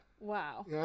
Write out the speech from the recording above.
Wow